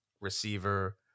receiver